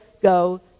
go